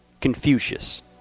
Confucius